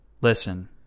Listen